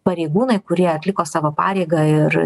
pareigūnai kurie atliko savo pareigą ir